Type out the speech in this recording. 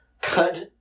cut